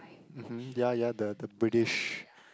mmhmm ya ya the the British